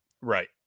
Right